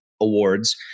awards